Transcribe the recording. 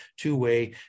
two-way